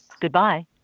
Goodbye